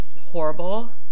horrible